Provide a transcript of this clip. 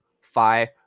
five